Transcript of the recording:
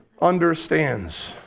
understands